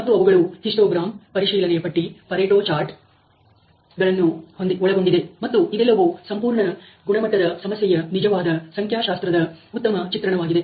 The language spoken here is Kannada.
ಮತ್ತು ಅವುಗಳು ಹಿಸ್ಟೋಗ್ರಾಮ್ ಪರಿಶೀಲನೆಯ ಪಟ್ಟಿ ಪರೆಟೋ ಚಾರ್ಟ್ ಗಳನ್ನು ಒಳಗೊಂಡಿದೆ ಮತ್ತು ಇದೆಲ್ಲವೂ ಸಂಪೂರ್ಣ ಗುಣಮಟ್ಟದ ಸಮಸ್ಯೆಯ ನಿಜವಾದ ಸಂಖ್ಯಾಶಾಸ್ತ್ರದ ಉತ್ತಮ ಚಿತ್ರಣವಾಗಿದೆ